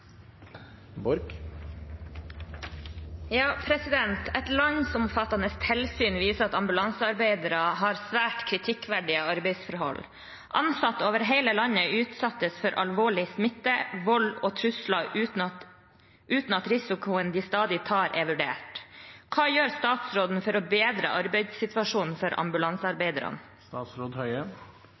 landsomfattende tilsyn viser at ambulansearbeiderne har svært kritikkverdige arbeidsforhold. Ansatte over hele landet utsettes for alvorlig smitte, vold og trusler uten at risikoen de stadig tar, er vurdert. Hva gjør statsråden for å bedre arbeidssituasjonen for ambulansearbeiderne?»